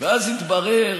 ואז התברר